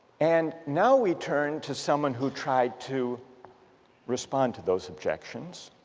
and now we turn to someone who tried to respond to those objections,